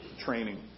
training